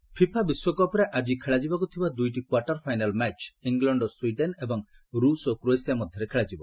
FIFA FIFA ବିଶ୍ୱକପ୍ରେ ଆଜି ଖେଳାଯିବାକୁ ଥିବା ଦୁଇଟି କ୍ୱାର୍ଟର୍ ଫାଇନାଲ୍ ମ୍ୟାଚ୍ ଇଂଲଣ୍ଡ ଓ ସ୍ୱିଡେନ୍ ଏବଂ ରୂଷ୍ ଓ କ୍ରୋଏସିଆ ମଧ୍ୟରେ ଖେଳାଯିବ